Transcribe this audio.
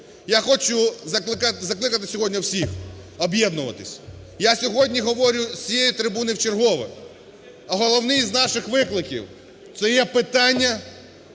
Я хочу закликати сьогодні всіх об'єднуватись. Я сьогодні говорю з цієї трибуни вчергове, а головним із наших викликів – це є питання